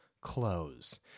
close